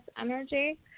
Energy